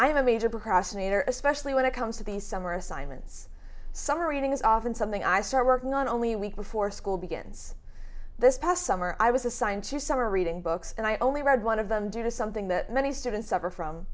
am a major prosecutor especially when it comes to these summer assignments summer reading is often something i start working on only a week before school begins this past summer i was assigned to summer reading books and i only read one of them due to something that many students suffer from